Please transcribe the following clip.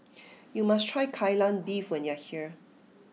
you must try Kai Lan Beef when you are here